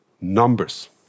Numbers